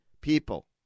people